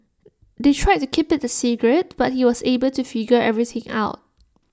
they tried to keep IT A secret but he was able to figure everything out